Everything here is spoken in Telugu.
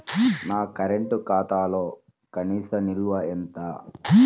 నా కరెంట్ ఖాతాలో కనీస నిల్వ ఎంత?